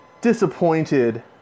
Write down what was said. disappointed